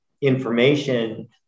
information